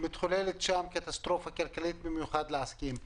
מתחוללת שם קטסטרופה כלכלית, במיוחד לעסקים.